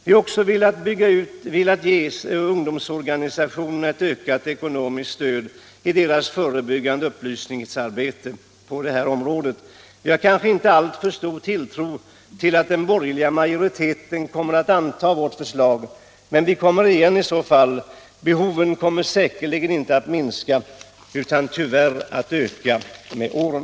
Vi har också velat ge ungdomsorganisationerna ett ökat ekonomiskt stöd i deras förebyggande upplysningsarbete på det här området. Vi har kanske inte alltför stor tilltro till att den borgerliga majoriteten kommer att anta vårt förslag, men vi kommer igen i så fall. Behoven kommer säkerligen inte att minska utan tyvärr att öka med åren.